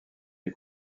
est